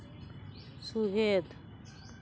ᱥᱩᱦᱮᱫ